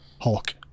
Hulk